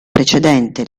precedente